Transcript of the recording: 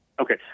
Okay